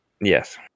Yes